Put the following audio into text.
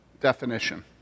definition